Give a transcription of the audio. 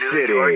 City